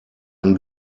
ein